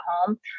home